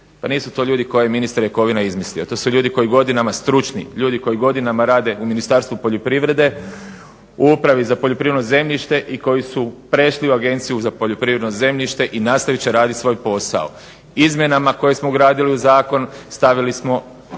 Pa nisu to ljudi koje je ministar Jakovina izmislio. To su ljudi koji godinama, stručni ljudi koji godinama rade u Ministarstvu poljoprivrede, u Upravi za poljoprivredno zemljište i koji su prešli u Agenciju za poljoprivredno zemljište i nastavit će raditi svoj posao. Izmjenama koje smo ugradili u zakonu stavili smo